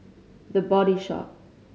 The Body Shop